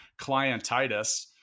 clientitis